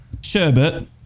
Sherbet